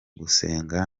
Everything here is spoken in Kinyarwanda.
gusenga